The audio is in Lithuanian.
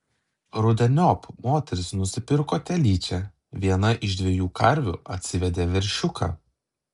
rudeniop moteris nusipirko telyčią viena iš dviejų karvių atsivedė veršiuką